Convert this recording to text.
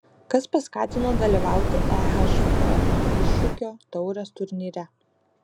kas paskatino dalyvauti ehf iššūkio taurės turnyre